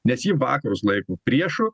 nes ji vakarus laiko priešu